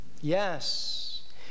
Yes